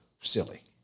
silly